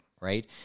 right